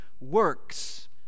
works